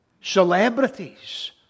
Celebrities